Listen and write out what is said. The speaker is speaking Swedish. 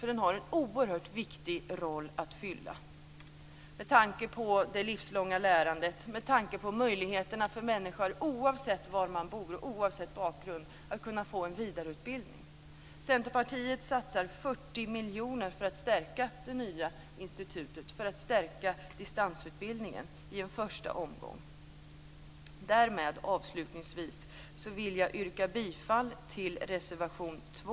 Den spelar en oerhört viktig roll med tanke på det livslånga lärandet, med tanke på möjligheterna för människor att oavsett var de bor och oavsett bakgrund få en vidareutbildning. Centerpartiet satsar 40 miljoner för att stärka det nya institutet, för att stärka distansutbildningen, i en första omgång. Avslutningsvis vill jag yrka bifall till reservation 2